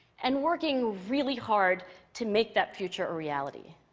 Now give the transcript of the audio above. and working really hard to make that future a reality.